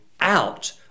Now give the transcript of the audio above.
out